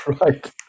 right